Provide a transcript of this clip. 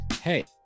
hey